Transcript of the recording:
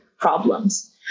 problems